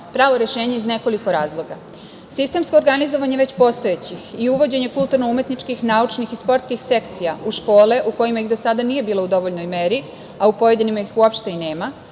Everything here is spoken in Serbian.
pravo rešenje iz nekoliko razloga. Sistemsko organizovanje već postojećih i uvođenje kulturno-umetničkih, naučnih i sportskih sekcija u škole u kojima ih do sada nije bilo u dovoljnoj meri, a u pojedinim ih uopšte i nema,